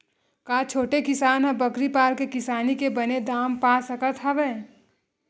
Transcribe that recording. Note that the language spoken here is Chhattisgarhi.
का छोटे किसान ह बकरी पाल के किसानी के बने दाम पा सकत हवय?